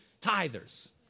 tithers